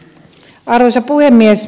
arvoisa puhemies